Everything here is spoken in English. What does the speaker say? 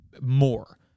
more